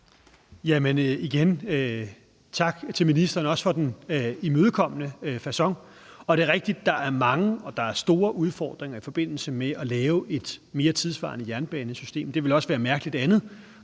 jeg sige tak til ministeren for den imødekommende facon. Det er rigtigt, at der er mange og store udfordringer i forbindelse med at lave et mere tidssvarende jernbanesystem – det ville også være mærkeligt andet,